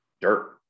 dirt